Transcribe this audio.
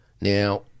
Now